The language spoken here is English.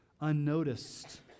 unnoticed